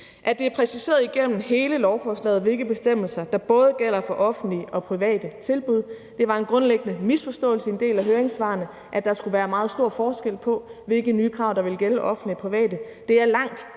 at det er præciseret igennem hele lovforslaget, hvilke bestemmelser der både gælder for offentlige og private tilbud. Det var en grundlæggende misforståelse i en del af høringssvarene, at der skulle være meget stor forskel på, hvilke nye krav der ville gælde offentlige og private. Langt